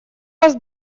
вас